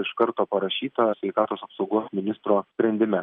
iš karto parašyta sveikatos apsaugos ministro sprendime